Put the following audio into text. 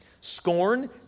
Scorn